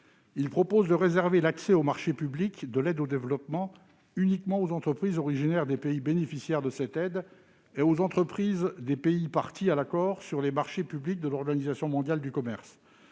Il tend à réserver l'accès aux marchés publics de l'aide au développement aux entreprises originaires des pays bénéficiaires de cette aide et aux entreprises des pays parties à l'accord sur les marchés publics de l'Organisation mondiale du commerce